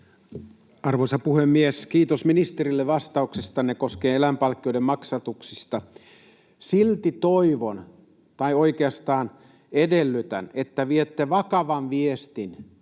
Arvoisa puhemies! Kiitos ministerille vastauksistanne koskien eläinpalkkioiden maksatuksia. Silti toivon, tai oikeastaan edellytän, että viette vakavan viestin